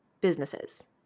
businesses